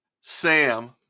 Sam